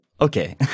okay